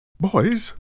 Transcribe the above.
Boys